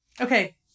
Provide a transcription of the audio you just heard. Okay